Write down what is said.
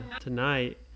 Tonight